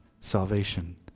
salvation